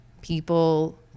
people